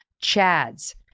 Chad's